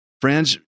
Friends